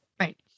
right